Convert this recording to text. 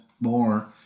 more